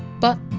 but,